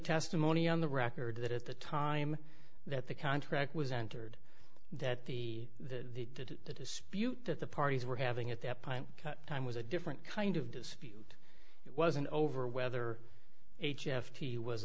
testimony on the record that at the time that the contract was entered that the dispute that the parties were having at that time time was a different kind of dispute it wasn't over whether h f he was